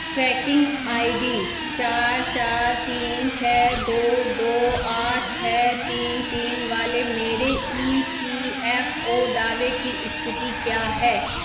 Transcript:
trekking I D चार चार तीन छः दो दो आठ छः तीन तीन वाले मेरे ई पी एफ़ ओ दावे की स्थिति क्या है